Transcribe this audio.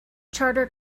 charter